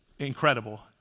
incredible